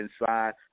inside